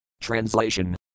Translation